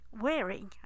wearing